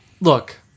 look